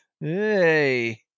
Hey